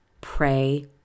pray